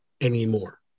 anymore